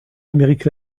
amérique